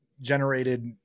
generated